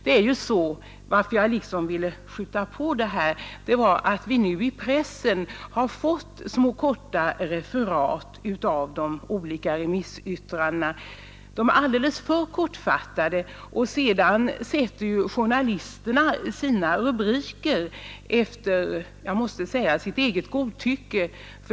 Att jag liksom har velat skjuta på i den här frågan beror på att vi nu i pressen har fått små korta referat av de olika remissyttrandena. Men de är alldeles för kortfattade, och så sätter journalisterna sina rubriker efter — det måste jag säga — sitt eget godtycke.